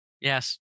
Yes